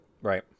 right